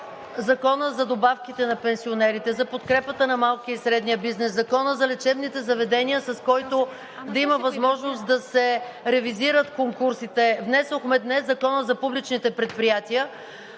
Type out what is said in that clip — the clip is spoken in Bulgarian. Законът за добавките на пенсионерите, за подкрепата на малкия и средния бизнес, Законът за лечебните заведения, с който да има възможност да се ревизират конкурсите. Днес внесохме Закона за публичните предприятия.